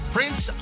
Prince